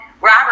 Robert